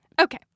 Okay